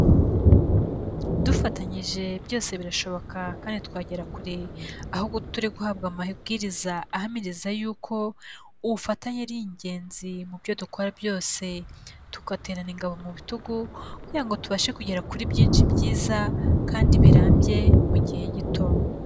Dufatanyije byose birashoboka kandi twagera kure ahubwo turi guhabwa amabwiriza ahamiriza yuko ubufatanye ari ingenzi mu byo dukora byose, tugaterana ingabo mu bitugu kugira ngo tubashe kugera kuri byinshi byiza kandi birambye mu gihe gito.